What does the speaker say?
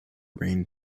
rain